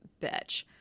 bitch